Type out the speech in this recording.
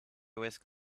whisked